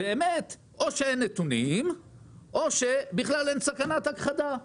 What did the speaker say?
באמת או שאין נתונים או שבכלל אין סכנת הכחדה.